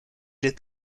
est